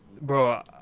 bro